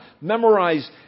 Memorize